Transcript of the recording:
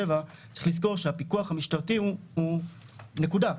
צריך לזכור שהפיקוח המשטרתי הוא נקודה.